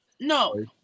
No